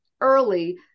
early